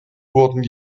wurden